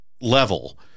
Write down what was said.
level